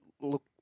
Look